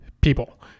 people